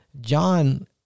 John